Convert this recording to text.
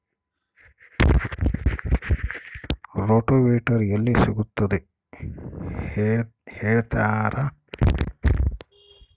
Rotavator ಎಲ್ಲಿ ಸಿಗುತ್ತದೆ ಹೇಳ್ತೇರಾ?